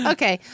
Okay